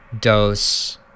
dose